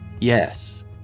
Yes